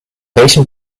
welchen